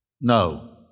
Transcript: No